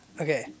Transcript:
okay